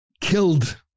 killed